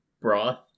broth